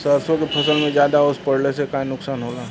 सरसों के फसल मे ज्यादा ओस पड़ले से का नुकसान होला?